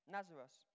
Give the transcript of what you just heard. Nazareth